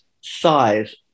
size